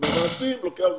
במעשים לוקח זמן.